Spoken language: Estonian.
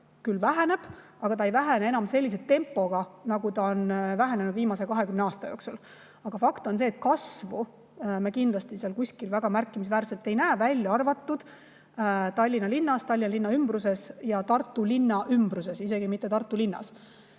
küll väheneb, aga see ei vähene enam sellise tempoga, nagu see on vähenenud viimase 20 aasta jooksul. Aga fakt on see, et kasvu me kindlasti seal kuskil väga märkimisväärselt ei näe, välja arvatud Tallinnas, Tallinna ümbruses ja Tartu linna ümbruses, kuid isegi mitte Tartu linnas.